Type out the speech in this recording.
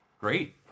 great